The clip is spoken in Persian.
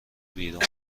بیرون